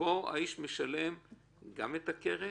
שבו האיש משלם גם את הקרן,